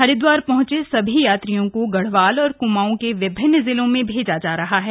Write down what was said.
हरिदवार पहंचे सभी यात्रियों को गढ़वाल और क्मांड के विभिन्न जिलों में भेजा जा रहा है